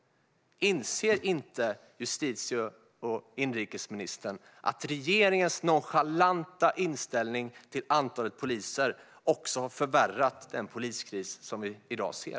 Inser inte justitie och inrikesministern att regeringens nonchalanta inställning till antalet poliser har förvärrat den poliskris som vi i dag ser?